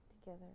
together